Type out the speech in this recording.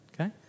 okay